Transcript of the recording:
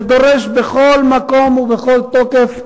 בכל מקום ובכל תוקף,